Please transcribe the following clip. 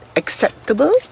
acceptable